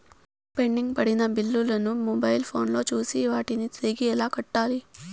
pending పడిన బిల్లులు ను మొబైల్ ఫోను లో చూసి వాటిని తిరిగి ఎలా కట్టాలి